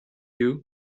you